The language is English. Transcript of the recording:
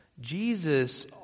Jesus